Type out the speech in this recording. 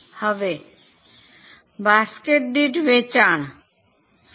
હવે બાસ્કેટ દીઠ વેચાણ શું છે